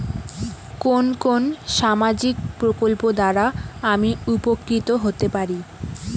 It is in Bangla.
কোন কোন সামাজিক প্রকল্প দ্বারা আমি উপকৃত হতে পারি?